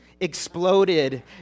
exploded